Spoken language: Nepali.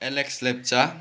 एलेक्स लेप्चा